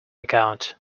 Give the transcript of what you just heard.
account